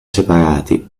separati